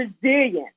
resilience